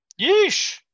Yeesh